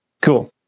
Cool